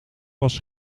was